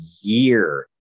year